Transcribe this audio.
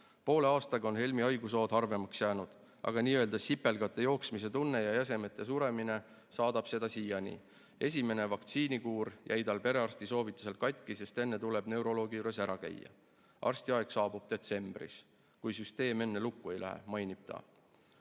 pihta. Poole aastaga on Helmi haigushood harvemaks jäänud, aga n-ö sipelgate jooksmise tunne ja jäsemete suremine saadab teda siiani. Esimene vaktsiinikuur jäi tal perearsti soovitusel katki, sest enne tuleb neuroloogi juures ära käia. "Arsti aeg saabub detsembris, kui süsteem enne lukku ei lähe," mainib